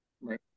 Right